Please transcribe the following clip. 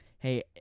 Hey